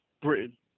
Britain